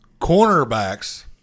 Cornerbacks